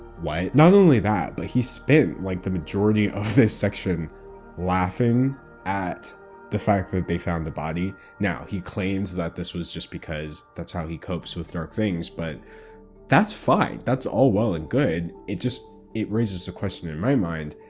why? not only that, but he spent like the majority of this section laughing at the fact that they found the body. now, he claims that this was just because that's how he copes with dark things, but that's fine. that's all well and good. it raises the question in my mind,